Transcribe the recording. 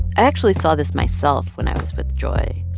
actually saw this myself when i was with joy.